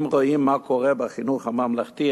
אם רואים מה קורה בחינוך הממלכתי,